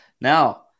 Now